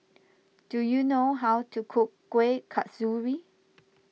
do you know how to cook Kueh Kasturi